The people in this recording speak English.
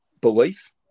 belief